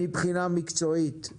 ליבו ונפשו לשוויון ההזדמנויות הזה,